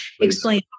Explain